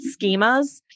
schemas